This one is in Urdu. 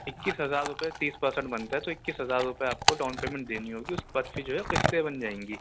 اکیس ہزار روپئے تیس پرسنٹ بنتا ہے تو اکیس ہزار روپئے آپ کو ڈاؤن پیمنٹ دینی ہوگی اس کے بعد پھر جو ہے وہ قسطیں بن جائیں گی